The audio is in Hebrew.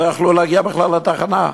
לא יכלו להגיע בכלל לתחנה,